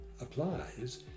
applies